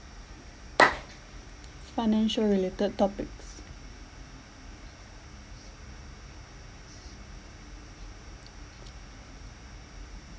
financial related topics